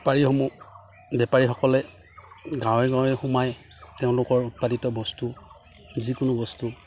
বেপাৰীসমূহ বেপাৰীসকলে গাঁৱে গাঁৱে সোমাই তেওঁলোকৰ উৎপাদিত বস্তু যিকোনো বস্তু